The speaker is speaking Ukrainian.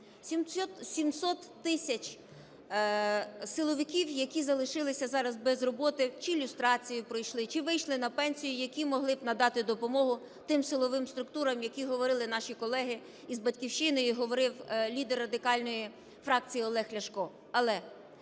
700 тисяч силовиків, які залишилися зараз без роботи – чи люстрацію пройшли, чи вийшли на пенсію, – які могли б надати допомогу тим силовим структурам, які говорили наші колеги і з "Батьківщини", і говорив лідер Радикальної фракції Олег Ляшко.